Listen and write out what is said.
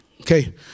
Okay